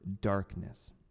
darkness